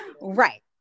Right